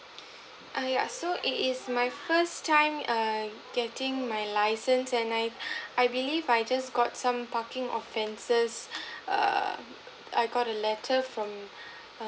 err yeah so it is my first time err getting my license and I I believe I just got some parking offences err I got a letter from um